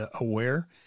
aware